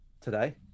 today